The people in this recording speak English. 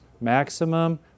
maximum